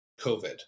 COVID